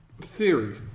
theory